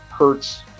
Hertz